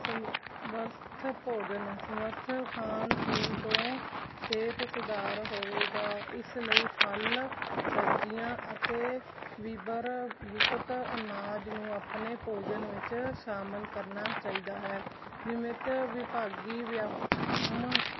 ਸਮਰੱਥ ਭੋਜਨ ਸਮਰੱਥ ਖਾਣ ਪੀਣ ਤੋਂ ਸਿਹਤ ਸੁਧਾਰ ਹੋਵੇਗਾ ਇਸ ਲਈ ਫਲ ਸਬਜ਼ੀਆਂ ਅਤੇ ਬੀਬਰ ਯੁਕਤ ਅਨਾਜ ਨੂੰ ਆਪਣੇ ਭੋਜਨ ਵਿੱਚ ਸ਼ਾਮਿਲ ਕਰਨਾ ਚਾਹੀਦਾ ਹੈ ਨਿਮਿਤ ਵਿਭਾਗੀ